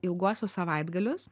ilguosius savaitgalius